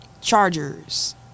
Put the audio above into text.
Chargers